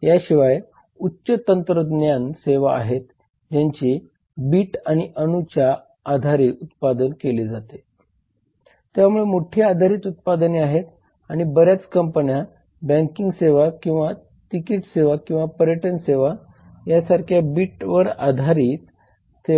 म्हणून व्यवसाय कायद्याकडे येऊया व्यवसाय कायद्याचे उद्दीष्ट कंपन्यांना अन्यायकारक स्पर्धेपासून संरक्षण देणे ग्राहकांना अन्यायकारक व्यवसाय पद्धतींपासून संरक्षण करणे बेलगाम व्यवसायाच्या वर्तनापासून